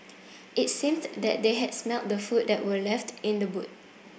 it seemed that they had smelt the food that were left in the boot